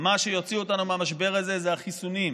מה שיוציא אותנו מהמשבר הזה זה החיסונים,